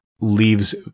leaves